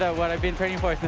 ah what i've been training for